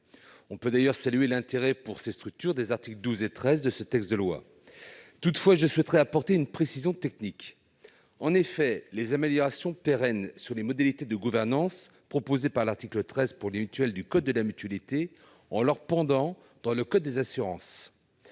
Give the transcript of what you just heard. On peut d'ailleurs saluer l'intérêt pour ces structures des articles 12 et 13 du texte. Toutefois, je souhaiterais apporter une précision technique. Les améliorations pérennes sur les modalités de gouvernance proposées par l'article 13 pour les mutuelles du code de la mutualité doivent avoir leur pendant dans le code des assurances.